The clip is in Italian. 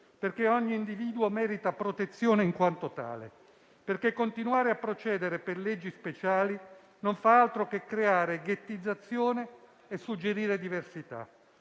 perché ogni individuo merita protezione in quanto tale; perché continuare a procedere per leggi speciali non fa altro che creare ghettizzazione e suggerire "diversità";